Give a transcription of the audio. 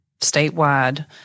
statewide